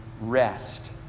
rest